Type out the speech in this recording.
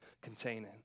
containing